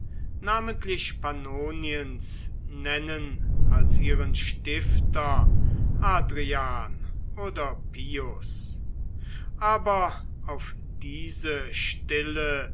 namentlich pannoniens nennen als ihren stifter hadrian oder pius aber auf diese stille